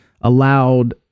allowed